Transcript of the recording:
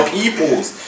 people's